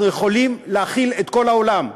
אנחנו יכולים להאכיל את כל העולם,